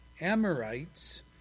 Amorites